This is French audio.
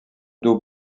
dos